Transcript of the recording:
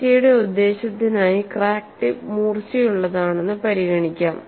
ചർച്ചയുടെ ഉദ്ദേശ്യത്തിനായി crack tip മൂർച്ചയുള്ളതാണെന്ന് പരിഗണിക്കാം